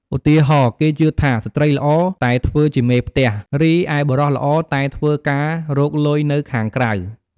ឧទាហរណ៍ គេជឿថាស្ត្រីល្អតែធ្វើជាមេផ្ទះ រីឯបុរសល្អតែធ្វើការរកលុយនៅខាងក្រៅ។